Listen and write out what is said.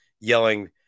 yelling